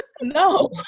no